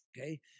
Okay